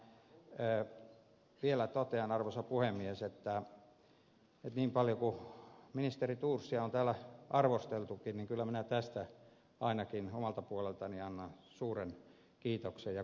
minä vielä totean arvoisa puhemies että niin paljon kuin ministeri thorsia on täällä arvosteltukin niin kyllä minä tästä ainakin omalta puoleltani annan suuren kiitoksen